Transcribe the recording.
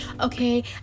okay